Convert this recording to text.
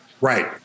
Right